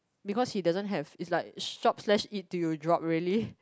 because he doesn't have is like shop slash eat till you drop really